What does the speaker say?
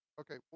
okay